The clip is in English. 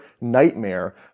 nightmare